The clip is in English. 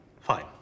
Fine